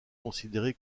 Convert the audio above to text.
considéré